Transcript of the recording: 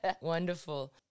Wonderful